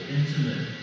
intimate